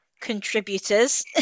contributors